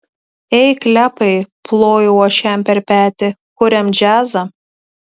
ei klepai plojau aš jam per petį kuriam džiazą